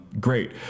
great